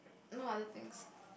no other things